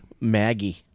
Maggie